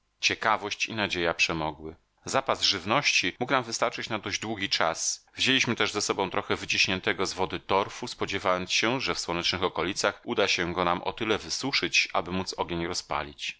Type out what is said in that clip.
ciekawość i nadzieja przemogły zapas żywności mógł nam wystarczyć na dość długi czas wzięliśmy też ze sobą trochę wyciśniętego z wody torfu spodziewając się że w słonecznych okolicach uda się go nam o tyle wysuszyć aby móc ogień rozpalić